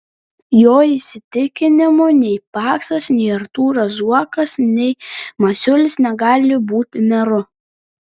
jo įsitikinimu nei paksas nei artūras zuokas nei masiulis negali būti meru